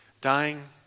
Dying